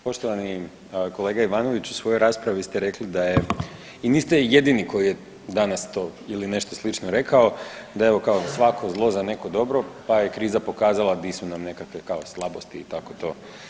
Poštovani kolega Ivanović, u svojoj raspravi ste rekli da je i niste jedini koji je danas to ili nešto slično rekao da je evo svako zlo za neko dobro pa je kriza pokazala di su nam nekakve kao slabosti i tako to.